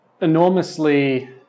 enormously